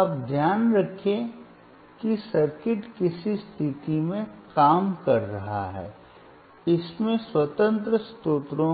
अब ध्यान रखें कि सर्किट किसी स्थिति में काम कर रहा है इसमें स्वतंत्र स्रोतों